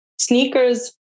Sneakers